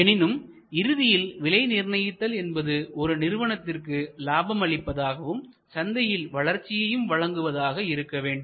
எனினும் இறுதியில் விலை நிர்ணயித்தல் என்பது ஒரு நிறுவனத்திற்கு லாபம் அளிப்பதாகவும் சந்தையில் வளர்ச்சியையும் வழங்குவதாக இருக்க வேண்டும்